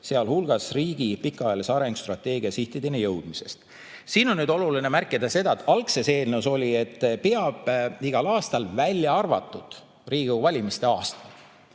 sealhulgas riigi pikaajalise arengustrateegia sihtideni jõudmisest;". Siin on oluline märkida seda, et algses eelnõus oli, et igal aastal, välja arvatud Riigikogu valimiste aastal.